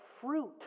fruit